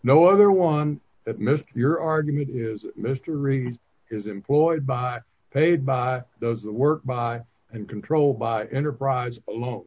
no other one that missed your argument is mystery is employed by paid by those that work by and controlled by enterprise